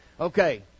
Okay